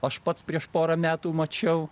aš pats prieš porą metų mačiau